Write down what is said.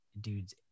dudes